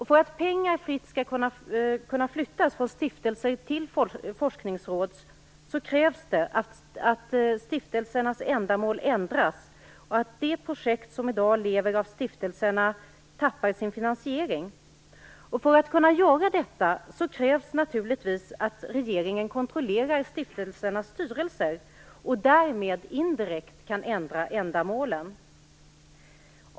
För att pengar fritt skall kunna flyttas från stiftelser till forskningsråd krävs det att stiftelsernas ändamål ändras och att de projekt som i dag lever av stiftelserna tappar sin finansiering. För att kunna göra detta krävs naturligtvis att regeringen kontrollerar stiftelsernas styrelser och därmed indirekt kan ändra ändamålen.